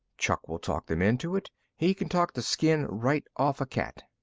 chuck will talk them into it. he can talk the skin right off a cat.